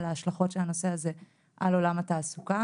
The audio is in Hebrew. על ההשלכות של הנושא הזה על עולם התעסוקה.